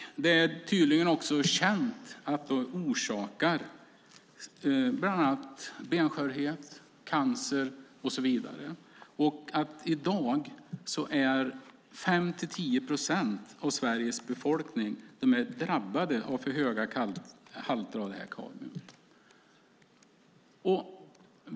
Det är tydligen också känt att det orsakar benskörhet, cancer och så vidare, och att 5-10 procent av Sveriges befolkning i dag är drabbade av för höga halter av kadmium.